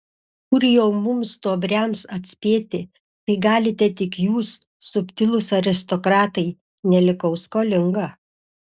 kur jau mums stuobriams atspėti tai galite tik jūs subtilūs aristokratai nelikau skolinga